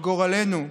לגורלנו.